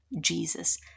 Jesus